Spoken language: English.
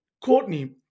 Courtney